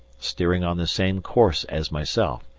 steering on the same course as myself,